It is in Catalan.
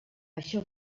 això